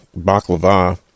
baklava